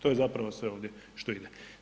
To je zapravo sve ovdje što ide.